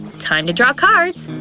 time to draw cards!